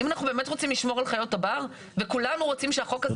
אם אנחנו באמת רוצים לשמור על חיות הבר וכולנו רוצים שהחוק הזה יעבור.